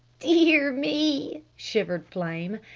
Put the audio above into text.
dear me, shivered flame.